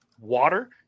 water